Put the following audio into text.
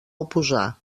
oposar